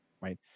right